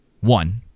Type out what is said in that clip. One